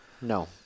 No